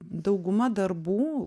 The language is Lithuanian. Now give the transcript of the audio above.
dauguma darbų